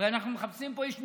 הרי אנחנו מחפשים פה איש מקצוע.